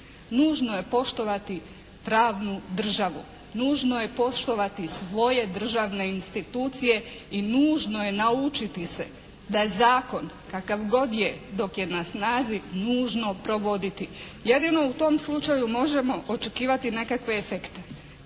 Nužno je poštovati pravnu državu. Nužno je poštovati svoje državne institucije i nužno je naučiti se da zakon kakav god je dok je na snazi nužno provoditi. Jedino u tom slučaju možemo očekivati nekakve efekte.